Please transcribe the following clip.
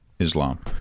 Islam